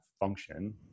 function